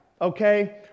Okay